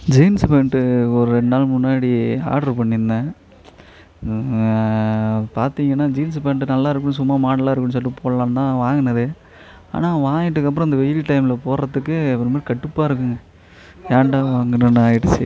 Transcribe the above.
jeans pant ஒரு ரெண்டு நாள் முன்னாடி ஆர்ட்ரு பண்ணி இருந்தேன் பார்த்தீங்கன்னா ஜீன்ஸு பேண்ட்டு நல்லா இருக்கும் சும்மா மாடலாக இருக்கும் சொல்லிட்டு போடலானு தான் வாங்குனதே ஆனால் வாங்கிட்டகப்புறம் இந்த வெயில் டைமில் போடுறதுக்கு ஒரு மாதிரி கடுப்பாக இருக்குங்க ஏண்டா வாங்குனோன்னு ஆயிடுச்சு